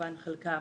כמובן שחלקם